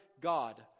God